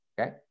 okay